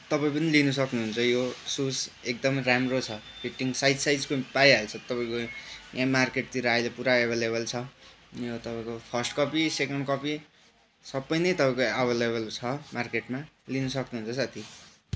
तपाईँ पनि लिन सक्नुहुन्छ यो सुस एकदमै राम्रो छ फिटिङ साइज साइजको पाइहाल्छ तपाईँको यो यहाँ मार्केटतिर अहिले पुरा एभाइलेबल छ यो तपाईँको फर्स्ट कपी सेकेन्ड कपी सबै नै तपाईँको एभाइलेबल छ मार्केटमा लिन सक्नुहुन्छ साथी